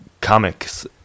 comics